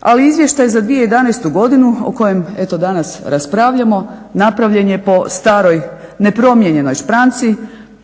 ali izvještaj za 2011. godinu, o kojem eto danas raspravljamo napravljen je po staroj nepromijenjenoj špranci